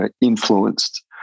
influenced